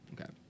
okay